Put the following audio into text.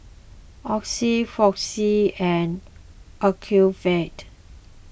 Oxy Floxia and Ocuvite